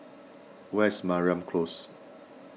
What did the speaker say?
where is Mariam Close